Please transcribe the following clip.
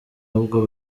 ahubwo